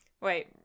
Wait